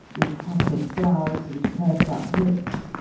with puckered brows and pursed-up lips,